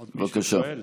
בבקשה.